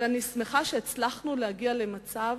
אבל אני שמחה שהצלחנו להגיע למצב